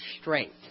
strength